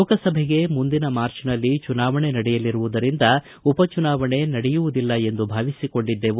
ಲೋಕಸಭೆಗೆ ಮುಂದಿನ ಮಾರ್ಚ್ನಲ್ಲಿ ಚುನಾವಣೆ ನಡೆಯಲಿರುವುದರಿಂದ ಉಪಚುನಾವಣೆ ನಡೆಯುವುದಿಲ್ಲ ಎಂದು ಭಾವಿಸಿಕೊಂಡಿದ್ದೆವು